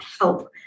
help